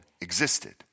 existed